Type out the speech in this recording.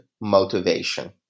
motivation